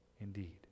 indeed